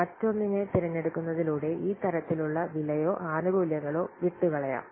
മറ്റൊന്നിനെ തിരഞ്ഞെടുക്കുന്നതിലൂടെ ഈ തരത്തിലുള്ള വിലയോ ആനുകൂല്യങ്ങളോ വിട്ടുകളയാം